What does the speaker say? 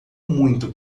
muito